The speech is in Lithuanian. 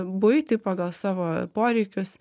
buitį pagal savo poreikius